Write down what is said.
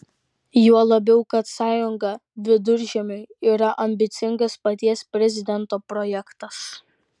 juo labiau kad sąjunga viduržemiui yra ambicingas paties prezidento projektas